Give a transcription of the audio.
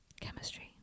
Chemistry